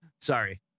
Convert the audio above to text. sorry